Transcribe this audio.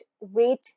weight